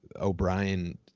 O'Brien